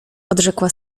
odrzekła